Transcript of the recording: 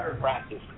practice